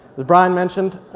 as brian mentioned,